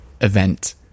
event